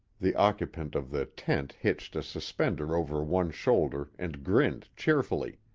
the occupant of the tent hitched a suspender over one shoulder and grinned cheerfully.